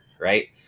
right